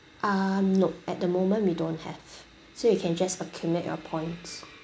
uh nope at the moment we don't have so you can just accumulate your points